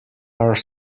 are